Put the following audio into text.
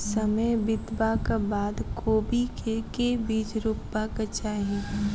समय बितबाक बाद कोबी केँ के बीज रोपबाक चाहि?